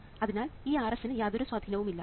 അതിനാൽ ഈ Rs ന് യാതൊരു സ്വാധീനവുമില്ല